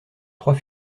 trois